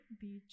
beach